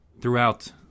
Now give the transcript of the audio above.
throughout